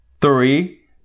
Three